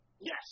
Yes